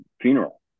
funeral